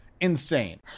insane